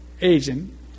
agent